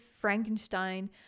Frankenstein